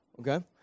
okay